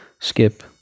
skip